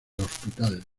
hospital